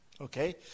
Okay